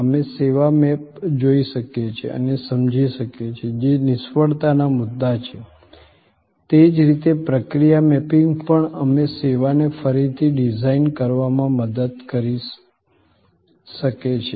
અમે સેવા મેપ જોઈ શકીએ છીએ અને સમજી શકીએ છીએ જે નિષ્ફળતાના મુદ્દા છે તે જ રીતે પ્રક્રિયા મેપિંગ પણ અમને સેવાને ફરીથી ડિઝાઇન કરવામાં મદદ કરી શકે છે